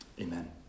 Amen